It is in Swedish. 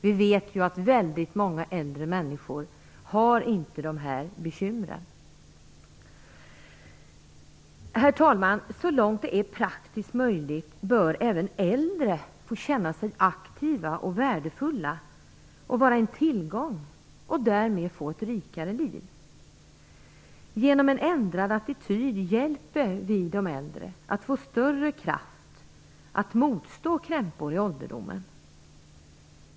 Vi vet att väldigt många äldre människor inte har de här bekymren. Herr talman! Så långt det är praktiskt möjligt bör även äldre få känna sig aktiva och värdefulla. De bör få vara en tillgång och därmed få ett rikare liv. Genom en ändrad attityd hjälper vi de äldre att få större kraft att motstå krämpor i ålderdomen.